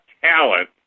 talent